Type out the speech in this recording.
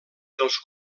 dels